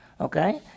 Okay